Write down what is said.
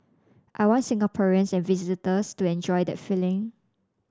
I want Singaporeans and visitors to enjoy that feeling